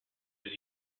was